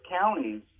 counties